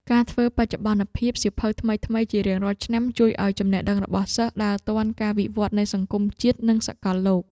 ការធ្វើបច្ចុប្បន្នភាពសៀវភៅថ្មីៗជារៀងរាល់ឆ្នាំ ជួយឱ្យចំណេះដឹងរបស់សិស្សដើរទាន់ការវិវត្តនៃសង្គមជាតិនិងសកលលោក។